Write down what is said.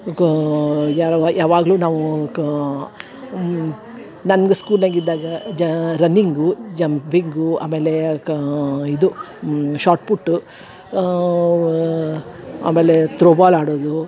ಕಾ ಯಾರವ ಯಾವಾಗಲೂ ನಾವು ಕಾ ನನ್ಗ ಸ್ಕೂಲಾಗ ಇದ್ದಾಗ ಜಾ ರನ್ನಿಂಗು ಜಂಪಿಂಗು ಆಮೇಲೆ ಕಾ ಇದು ಶಾಟ್ ಪುಟ್ಟು ಆಮೇಲೆ ತ್ರೋ ಬಾಲ್ ಆಡೋದು